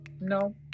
No